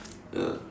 ya